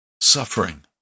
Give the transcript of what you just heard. suffering